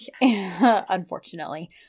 Unfortunately